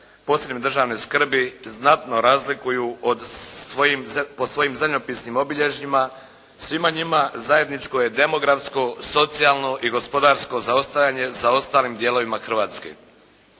posebne državne skrbi znatno razlikuju po svojim zemljopisnim obilježjima, svima njima zajedničko je demografsko, socijalno i gospodarsko zaostajanje za ostalim dijelovima Hrvatske.